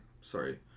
sorry